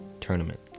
tournament